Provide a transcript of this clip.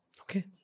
Okay